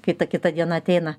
kai ta kita diena ateina